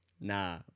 Nah